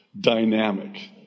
dynamic